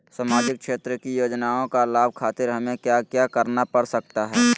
सामाजिक क्षेत्र की योजनाओं का लाभ खातिर हमें क्या क्या करना पड़ सकता है?